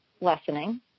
lessening